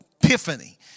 epiphany